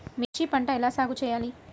మిర్చి పంట ఎలా సాగు చేయాలి?